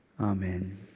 Amen